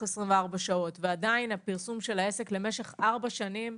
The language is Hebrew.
24 שעות ועדיין הפרסום של העסק הוא למשך ארבע שנים.